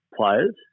players